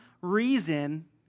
reason